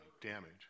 damage